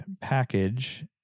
package